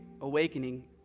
Awakening